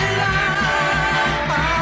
love